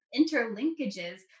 interlinkages